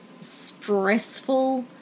stressful